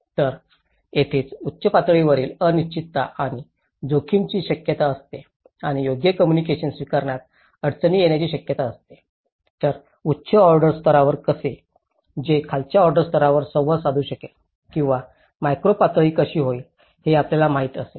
तर येथेच उच्च पातळीवरील अनिश्चितता आणि जोखमीची शक्यता असते आणि योग्य कोम्मुनिकेशन स्वीकारण्यात अडचणी येण्याची शक्यता असते तर उच्च ऑर्डर स्तरावर कसे जे खालच्या ऑर्डर स्तरावर संवाद साधू शकेल किंवा मॅक्रो पातळी कशी होईल हे आपल्याला माहित असेल